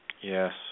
Yes